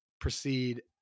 proceed